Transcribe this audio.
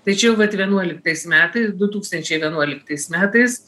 tai čia jau vat vienuoliktais metais du tūkstančiai vienuoliktais metais